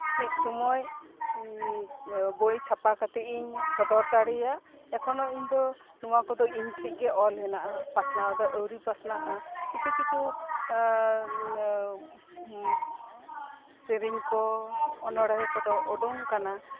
ᱢᱤᱫ ᱥᱳᱢᱳᱭ ᱵᱳᱭ ᱪᱷᱟᱯᱟ ᱠᱟᱛᱮᱫ ᱤᱧ ᱥᱚᱫᱚᱨ ᱫᱟᱲᱮᱭᱟᱜ ᱮᱠᱷᱚᱱᱚ ᱤᱧ ᱫᱚ ᱱᱚᱶᱟ ᱠᱚᱫᱚ ᱤᱧ ᱴᱷᱮᱱ ᱜᱮ ᱚᱞ ᱦᱮᱱᱟᱜᱼᱟ ᱯᱟᱥᱱᱟᱣ ᱫᱚ ᱟᱣᱨᱤ ᱯᱟᱥᱱᱟᱜᱼᱟ ᱠᱤᱪᱷᱩ ᱠᱤᱪᱷᱩᱥᱮᱨᱮᱧ ᱠᱚ ᱚᱱᱚᱬᱦᱮ ᱠᱚᱫᱚ ᱳᱰᱳᱝ ᱟᱠᱟᱱᱟ